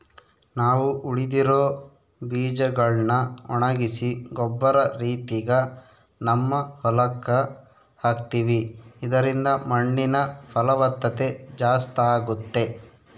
ನಾವು ಉಳಿದಿರೊ ಬೀಜಗಳ್ನ ಒಣಗಿಸಿ ಗೊಬ್ಬರ ರೀತಿಗ ನಮ್ಮ ಹೊಲಕ್ಕ ಹಾಕ್ತಿವಿ ಇದರಿಂದ ಮಣ್ಣಿನ ಫಲವತ್ತತೆ ಜಾಸ್ತಾಗುತ್ತೆ